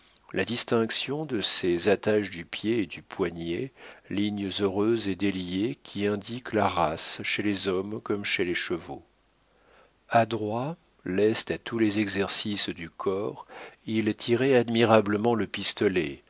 la distinction de ces attaches du pied et du poignet lignes heureuses et déliées qui indiquent la race chez les hommes comme chez les chevaux adroit leste à tous les exercices du corps il tirait admirablement le pistolet